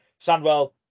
Sandwell